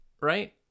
right